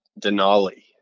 Denali